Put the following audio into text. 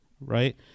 right